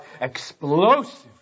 explosive